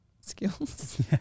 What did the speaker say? skills